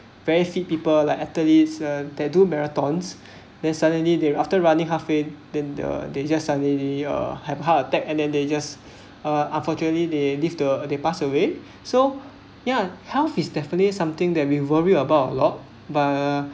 very fit people like athletes they do marathons then suddenly they after running half and then the they just suddenly uh have heart attack and then they just uh unfortunately they leave the they pass away so yeah health is definitely something that we worry about a lot but